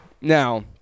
now